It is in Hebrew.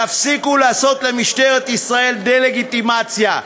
תפסיקו לעשות למשטרת ישראל דה-לגיטימציה,